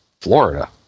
Florida